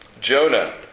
Jonah